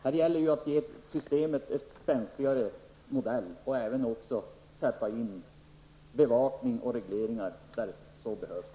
Det gäller att ge systemet en spänstigare modell, men även att sätta in regleringar där det behövs.